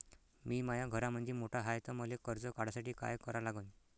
मी माया घरामंदी मोठा हाय त मले कर्ज काढासाठी काय करा लागन?